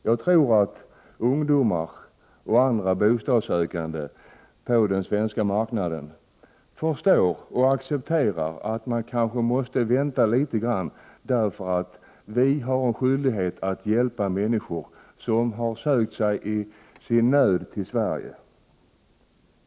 Jag tror att ungdomar och andra bostadssökande på den svenska marknaden förstår och accepterar att de kanske måste vänta litet grand därför att vi har en skyldighet att hjälpa människor som i sin nöd har sökt sig till Sverige.